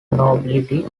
nobility